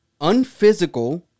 unphysical